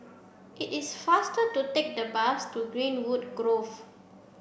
it is faster to take the bus to Greenwood Grove